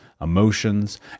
emotions